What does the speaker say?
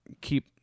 keep